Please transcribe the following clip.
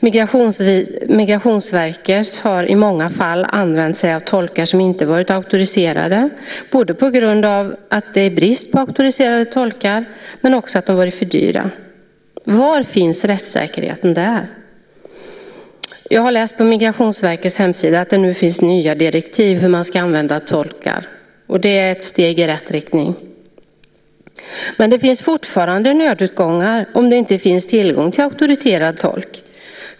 Migrationsverket har i många fall använt sig av tolkar som inte varit auktoriserade på grund av att det är brist på auktoriserade tolkar men också för att de har varit för dyra. Var finns rättssäkerheten där? Jag har läst på Migrationsverkets hemsida att det nu finns nya direktiv för hur man ska använda tolkar. Det är ett steg i rätt riktning. Men det finns fortfarande nödutgångar om det inte finns tillgång till auktoriserad tolk.